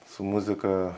su muzika